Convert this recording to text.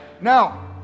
Now